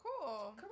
cool